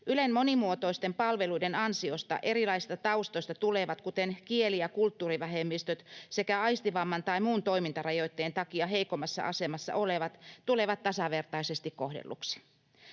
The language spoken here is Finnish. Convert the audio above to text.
Ylen monimuotoisten palveluiden ansiosta erilaisista taustoista tulevat, kuten kieli- ja kulttuurivähemmistöt sekä aistivamman tai muun toimintarajoitteen takia heikommassa asemassa olevat, tulevat tasavertaisesti kohdelluiksi.